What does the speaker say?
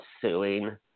suing